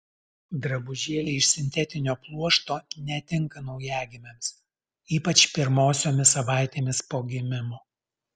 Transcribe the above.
drabužėliai iš sintetinio pluošto netinka naujagimiams ypač pirmosiomis savaitėmis po gimimo